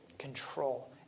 control